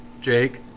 Jake